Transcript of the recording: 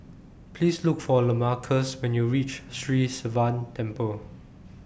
Please Look For Lamarcus when YOU REACH Sri Sivan Temple